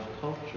culture